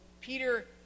Peter